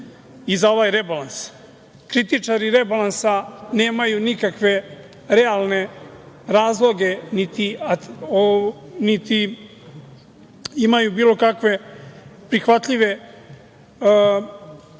i za ovaj rebalans. Kritičari rebalansa nemaju nikakve realne razloge, niti imaju bilo kakve prihvatljive predloge